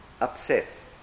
upsets